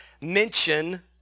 mention